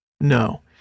No